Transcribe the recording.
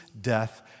death